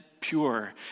pure